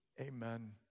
amen